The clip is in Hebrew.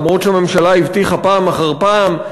אף-על-פי שהממשלה הבטיחה פעם אחר פעם,